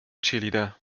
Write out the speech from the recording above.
cheerleader